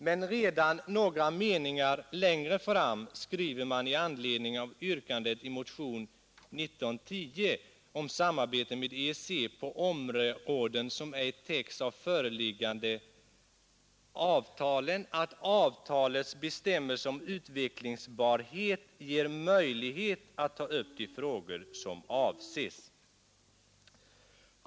Men redan några meningar längre fram skriver man i anledning av yrkandet i motionen 1910 om samarbete med EEC på områden som ej täcks av de föreliggande avtalen att avtalets bestämmelser om utvecklingsbarhet ger möjlighet att ta upp de frågor som avses.